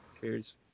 Cheers